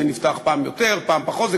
זה נפתח פעם יותר, פעם פחות.